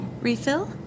Refill